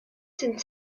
sind